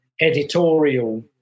editorial